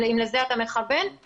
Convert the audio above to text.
אם לזה אתה מכוון,